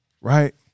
Right